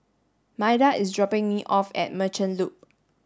Maida is dropping me off at Merchant Loop